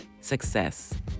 success